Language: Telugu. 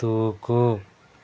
దూకు